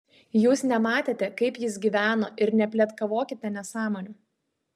jūs nematėte kaip jis gyveno ir nepletkavokite nesąmonių